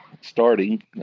starting